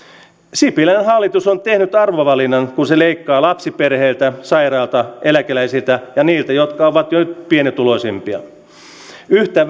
sipilän hallitus on tehnyt arvovalinnan kun se leikkaa lapsiperheiltä sairailta ja eläkeläisiltä sekä niiltä jotka ovat pienituloisimpia yhtä